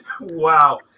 Wow